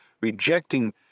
rejecting